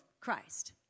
Christ